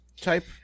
type